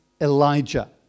Elijah